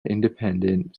independent